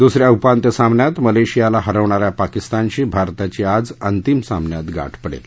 दुसऱ्या उपांत्य सामन्यात मलेशियाला हरवणाऱ्या पाकिस्तानशी भारताची आज अंतिम सामन्यात गाठ पडेल